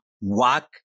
walk